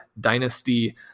Dynasty